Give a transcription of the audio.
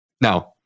Now